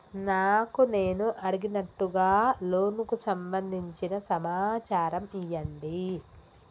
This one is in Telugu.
నాకు నేను అడిగినట్టుగా లోనుకు సంబందించిన సమాచారం ఇయ్యండి?